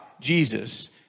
Jesus